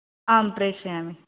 आम् प्रेषयामि